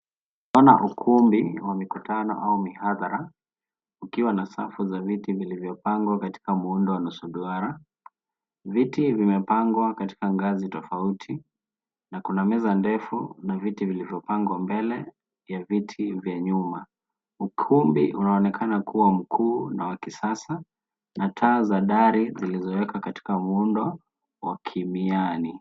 Ona ukumbi wa mikutano au mihadhara ukiwa na safu za viti vilivyopangwa katika muundo wa nusu duara. Viti vimepangwa katika ngazi tofauti na kuna meza ndefu na viti vilivopangwa mbele ya viti vya nyuma. Ukumbi unaonekana kuwa mkuu na wa kisasa, na taa za dari zilizoweka katika muundo wa kimiani.